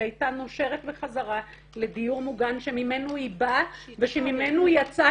הייתה נושרת בחזרה לדיור מוגן שממנו היא באה ושממנו היא יצאה